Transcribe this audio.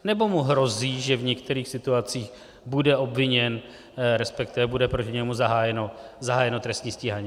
Nebo mu hrozí, že v některých situacích bude obviněn, respektive bude proti němu zahájeno trestní stíhání?